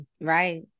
right